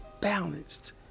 balanced